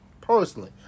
personally